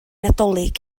nadolig